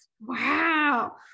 wow